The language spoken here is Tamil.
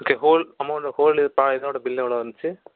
ஓகே ஹோல் அமௌண்டு ஹோல் இது ப இதோடய பில் எவ்வளோ வந்துச்சு